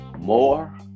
more